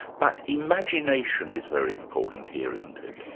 but imagination is very important here, isn't it?